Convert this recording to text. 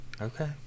Okay